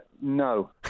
No